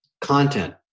content